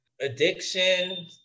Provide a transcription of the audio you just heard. addiction